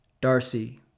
Darcy